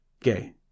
gay